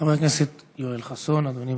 חבר הכנסת יואל חסון, אדוני,